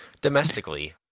domestically